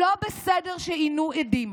לא בסדר שעינו עדים,